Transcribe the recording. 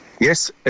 Yes